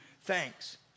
thanks